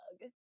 bug